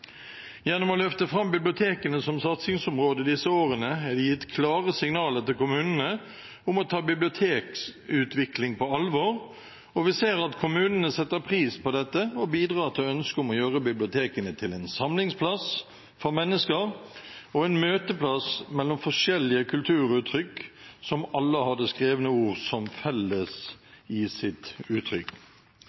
Gjennom å løfte fram bibliotekene som satsingsområde disse årene er det gitt klare signaler til kommunene om å ta bibliotekutvikling på alvor, og vi ser at kommunene setter pris på dette og bidrar til ønsket om å gjøre bibliotekene til en samlingsplass for mennesker og en møteplass mellom forskjellige kulturuttrykk som alle har det skrevne ord til felles i sitt